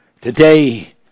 Today